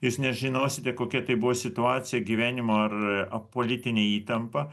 jūs nežinosite kokia tai buvo situacija gyvenimo ar politinė įtampa